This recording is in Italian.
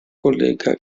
collega